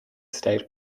state